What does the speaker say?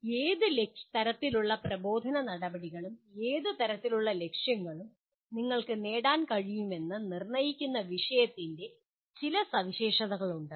അതിനാൽ ഏത് തരത്തിലുള്ള പ്രബോധന നടപടിക്രമങ്ങളും ഏത് തരത്തിലുള്ള ലക്ഷ്യങ്ങളും നിങ്ങൾക്ക് നേടാൻ കഴിയുമെന്ന് നിർണ്ണയിക്കുന്ന വിഷയത്തിൻ്റെ ചില സവിശേഷതകൾ ഉണ്ട്